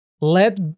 let